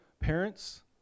Parents